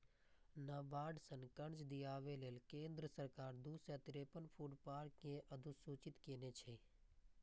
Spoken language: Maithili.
नाबार्ड सं कर्ज दियाबै लेल केंद्र सरकार दू सय तिरेपन फूड पार्क कें अधुसूचित केने छै